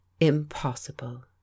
impossible